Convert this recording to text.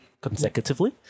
consecutively